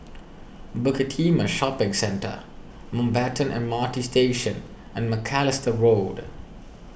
Bukit Timah Shopping Centre Mountbatten M R T Station and Macalister Road